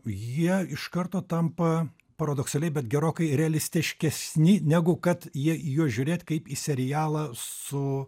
jie iš karto tampa paradoksaliai bet gerokai realistiškesni negu kad jie į juos žiūrėt kaip į serialą su